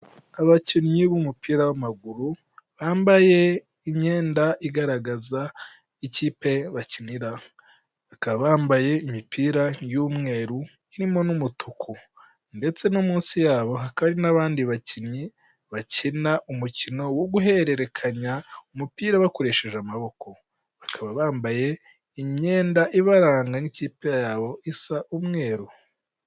Abakinnyi b'umupira w'amaguru bambaye imyenda igaragaza ikipe bakinira bakaba bambaye imipira y'umweru irimo n'umutuku ndetse no munsi yabo hakaba hari n'abandi bakinnyi bakina umukino wo guhererekanya umupira bakoresheje amaboko bakaba bambaye imyenda ibaranga nk'ikipe yabo isa umweru.